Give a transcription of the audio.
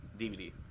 DVD